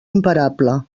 imparable